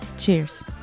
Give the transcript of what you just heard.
Cheers